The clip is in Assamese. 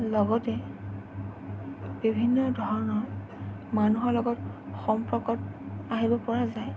লগতে বিভিন্ন ধৰণৰ মানুহৰ লগত সম্পৰ্কত আহিব পৰা যায়